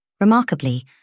Remarkably